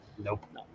Nope